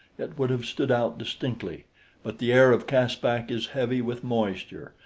it would have stood out distinctly but the air of caspak is heavy with moisture,